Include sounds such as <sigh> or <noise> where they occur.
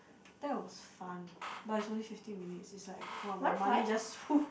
that was fun but it's only fifteen minutes it's like !wah! my money just <noise>